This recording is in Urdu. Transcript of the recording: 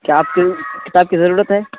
کیا آپ کو کتاب کی ضرورت ہے